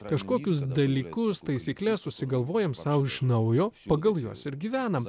kažkokius dalykus taisykles susigalvojam sau iš naujo pagal juos ir gyvenam